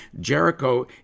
Jericho